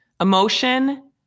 Emotion